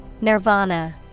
Nirvana